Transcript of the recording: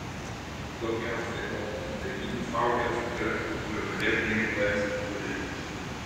daugiausiai odos nudegimų saulėje sukelia ultravioletiniai b spinduliai